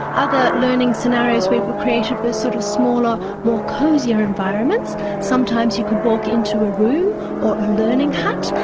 other learning scenarios we created were sort of smaller, more cosier environments. sometimes you could walk into a room or a learning hut,